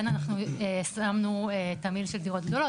כן אנחנו שמנו תמהיל של דירות גדולות